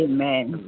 Amen